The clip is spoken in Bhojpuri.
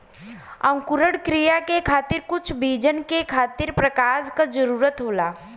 अंकुरण क्रिया के खातिर कुछ बीजन के खातिर प्रकाश क जरूरत होला